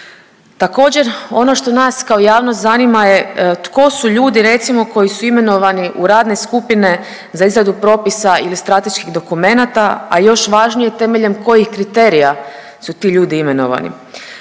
Također, ono što nas kao javnost zanima je tko su ljudi recimo koji su imenovani u radne skupine za izradu propisa ili strateških dokumenata, a još važnije temeljem kojih kriterija su ti ljudi imenovani.